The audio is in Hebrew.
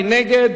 מי נגד?